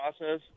process